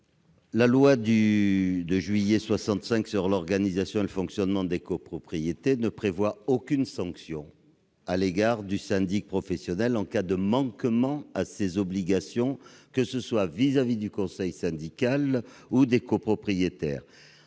La loi du 10 juillet 1965 sur l'organisation et le fonctionnement des copropriétés ne prévoit aucune sanction à l'égard du syndic professionnel qui manquerait à ses obligations vis-à-vis du conseil syndical ou des copropriétaires.